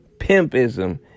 pimpism